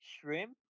Shrimp